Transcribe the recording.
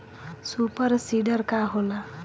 Super seeder का होला?